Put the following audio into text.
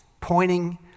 pointing